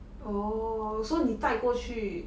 orh so 你带过去